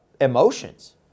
emotions